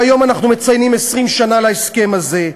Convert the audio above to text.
והיום אנחנו מציינים 20 שנה להסכם הזה,